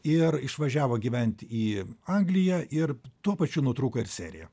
ir išvažiavo gyvent į angliją ir tuo pačiu nutrūko ir serija